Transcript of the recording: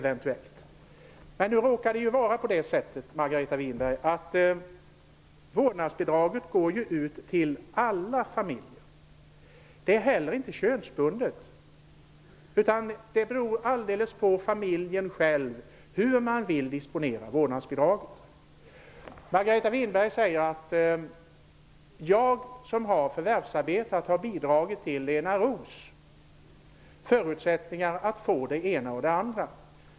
Men nu råkar det ju vara så att vårdnadsbidraget går ut till alla familjer, Margareta Winberg. Det är inte heller könsbundet. Det beror på familjen själv hur man vill disponera vårdnadsbidraget. Margareta Winberg säger att hon som har förvärvsarbetat har bidragit till Lena Roos förutsättningar att få det ena och det andra.